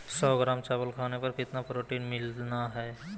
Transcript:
सौ ग्राम चावल खाने पर कितना प्रोटीन मिलना हैय?